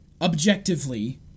objectively